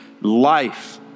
life